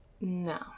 No